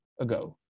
ago